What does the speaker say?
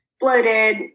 bloated